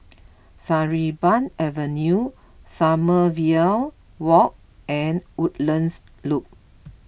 Sarimbun Avenue Sommerville Walk and Woodlands Loop